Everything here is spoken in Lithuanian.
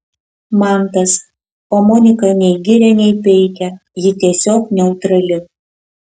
mantas o monika nei giria nei peikia ji tiesiog neutrali